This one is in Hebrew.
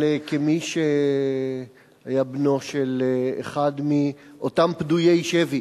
אבל כמי שהיה בנו של אחד מאותם פדויי שבי